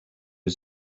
his